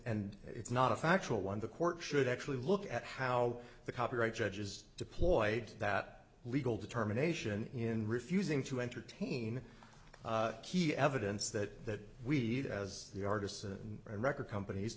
and it's not a factual one the court should actually look at how the copyright judges deployed that legal determination in refusing to entertain key evidence that we'd as the artists and record companies